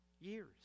years